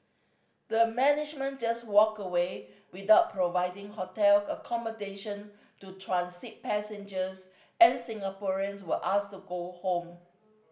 the management just walked away without providing hotel accommodation to transit passengers and Singaporeans were asked to go home